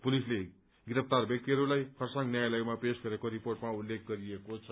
पुलिसले गिरफ्तार व्यक्तिहरूलाई खरसाङ न्यायालयमा पेश गरेको रिपोर्टमा उल्लेख गरिएको छ